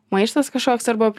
maištas kažkoks arba